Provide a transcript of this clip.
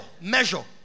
measure